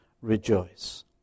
rejoice